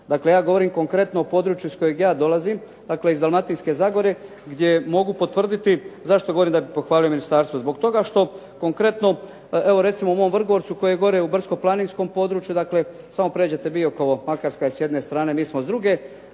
Dakle, ja govorim konkretno o području iz kojeg ja dolazim dakle iz Dalmatinske zagore gdje mogu potvrditi zašto govorim da bih pohvalio ministarstvo, zbog toga što konkretno evo recimo u mom Vrgorcu koji je gore u brdsko-planinskom području, samo pređete Biokovo Makarska s jedne strane, mi smo s druge.